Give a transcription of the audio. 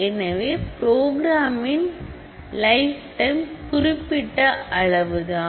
எனவே programme time குறிப்பிட்ட அளவுதான்